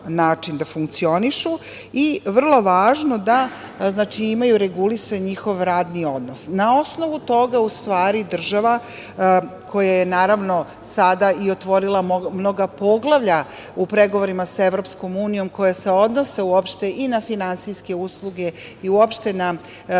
način da funkcionišu i vrlo važno, da imaju regulisan njihov radni odnos. Na osnovu toga, u stvari država koja je sada i otvorila mnoga poglavlja u pregovorima sa Evropskom unijom koja se odnose i na finansijske usluge i na